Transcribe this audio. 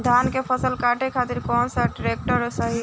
धान के फसल काटे खातिर कौन ट्रैक्टर सही ह?